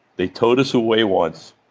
they towed us away once.